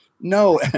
no